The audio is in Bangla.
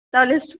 তাহলে